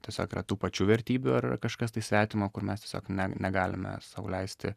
tiesiog yra tų pačių vertybių ar kažkas tai svetima kur mes tiesiog ne negalime sau leisti